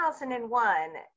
2001